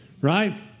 right